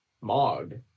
Mog